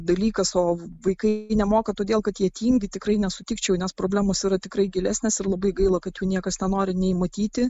dalykas o vaikai nemoka todėl kad jie tingi tikrai nesutikčiau nes problemos yra tikrai gilesnės ir labai gaila kad jų niekas nenori nei matyti